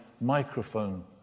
microphone